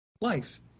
Life